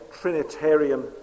Trinitarian